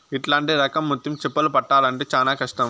ఇట్లాంటి రకం ముత్యం చిప్పలు పట్టాల్లంటే చానా కష్టం